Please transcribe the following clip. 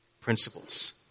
principles